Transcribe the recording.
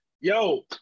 Yo